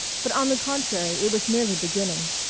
but on the contrary it was merely beginning.